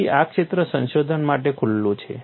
તેથી આ ક્ષેત્ર સંશોધન માટે ખુલ્લું છે